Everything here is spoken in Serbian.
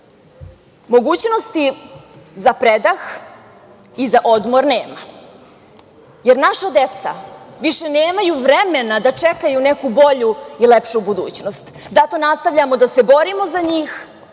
Evropi. Mogućnost za predah i za odmor nema, jer naša deca više nemaju vremena da čekaju neku bolju i lepšu budućnost. Zato nastavljamo da se borimo za njih,